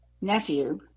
nephew